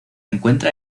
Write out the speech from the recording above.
encuentra